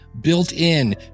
Built-in